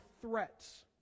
threats